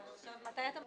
טוב, ב-14:55 תהיה הרביזיה.